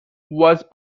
was